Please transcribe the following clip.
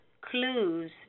clues